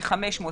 ל-500,